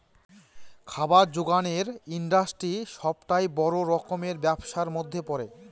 খাবার জোগানের ইন্ডাস্ট্রি সবটাই বড় রকমের ব্যবসার মধ্যে পড়ে